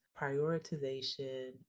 prioritization